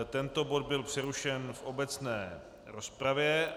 Tento bod byl přerušen v obecné rozpravě.